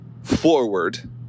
forward